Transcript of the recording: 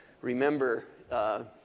remember